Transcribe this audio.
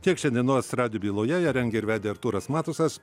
tiek šiandienos radijo byloje ją rengė ir vedė artūras matusas